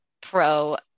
pro